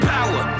Power